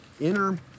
inner